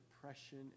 depression